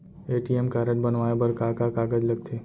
ATM card बनवाये बर का का कागज लगथे?